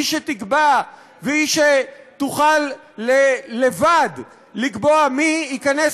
היא שתקבע והיא שתוכל לבד לקבוע מי ייכנס